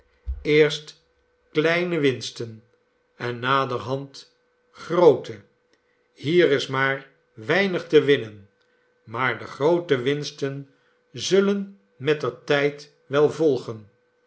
eerst kleine winsten en naderhand groote hier is maar weinig te winnen maar de groote winsten zullen mettertijd wel volgen